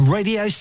Radio